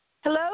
Hello